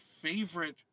favorite